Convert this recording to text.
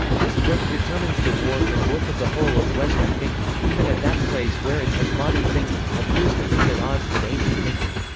this book determines the warp and woof of the whole of western thinking, even at that place where it, as modern thinking, appears to think at odds with ancient thinking.